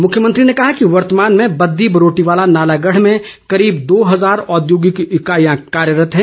मेंख्यमंत्री ने ने के कहा के कि के वर्तमान में बददी बरोटीवाला नालागढ़ में करीब दो हजार औद्योगिक इकाईयां कार्यरत हैं